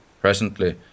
Presently